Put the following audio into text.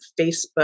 Facebook